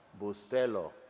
Bustelo